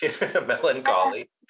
melancholy